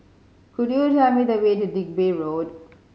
could you tell me the way to Digby Road